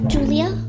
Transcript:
Julia